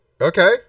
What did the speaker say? okay